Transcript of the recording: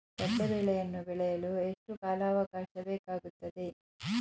ಕಡ್ಲೆ ಬೇಳೆಯನ್ನು ಬೆಳೆಯಲು ಎಷ್ಟು ಕಾಲಾವಾಕಾಶ ಬೇಕಾಗುತ್ತದೆ?